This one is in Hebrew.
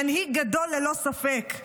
מנהיג גדול, ללא ספק.